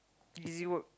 easy work